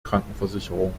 krankenversicherung